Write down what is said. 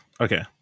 Okay